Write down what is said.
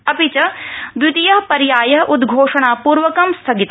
अपि च द्वितीय पर्याय उद्घोषणापूर्वकं स्थगित